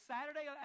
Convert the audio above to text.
Saturday